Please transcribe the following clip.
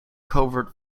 covert